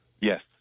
Yes